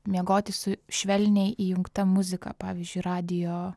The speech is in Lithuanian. miegoti su švelniai įjungta muzika pavyzdžiui radijo